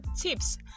tips